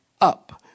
up